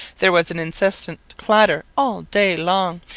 there was an incessant clatter all day long,